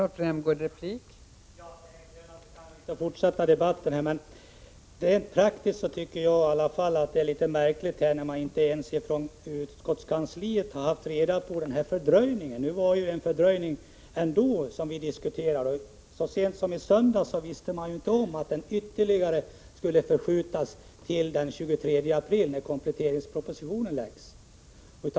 Fru talman! Det lönar sig kanske inte att fortsätta debatten, men rent praktiskt tycker jag i alla fall att det är litet märkligt att inte ens utskottskansliet har känt till den här fördröjningen, och vi hade redan diskuterat en annan fördröjning. Så sent som i söndags visste man inte om att framläggandet av propositionen skulle skjutas fram till den 23 april, då kompletteringspropositionen läggs fram.